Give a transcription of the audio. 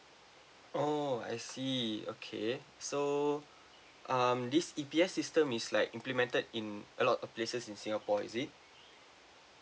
oh I see okay so um this E_P_S system is like implemented in a lot of places in singapore is it